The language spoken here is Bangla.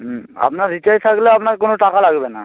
হুম আপনার রিচার্জ থাকলে আপনার কোনো টাকা লাগবে না